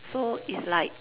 so it's like